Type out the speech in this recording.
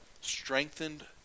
strengthened